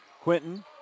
Quinton